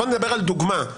בוא נדבר על דוגמה,